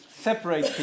Separate